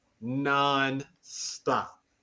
Non-stop